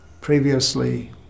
previously